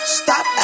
stop